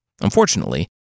Unfortunately